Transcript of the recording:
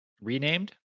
renamed